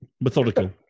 methodical